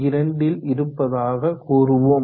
2 ல் இருப்பதாக கூறுவோம்